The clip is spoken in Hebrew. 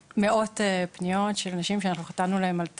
מאות פניות של נשים שאנחנו חתמנו להן על תצהירים.